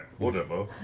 whatever.